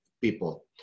people